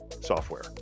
software